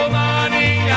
money